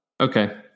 okay